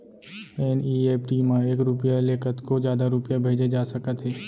NEFT म एक रूपिया ले कतको जादा रूपिया भेजे जा सकत हे